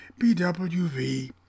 BWV